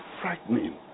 frightening